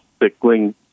sickling